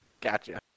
Gotcha